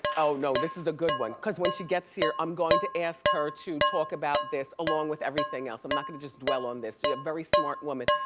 oh no, this is a good one, cause when she gets here, i'm going to ask her to talk about this along with everything else. i'm not gonna just dwell on this. yeah very smart woman.